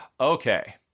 Okay